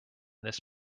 this